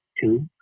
Two